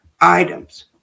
items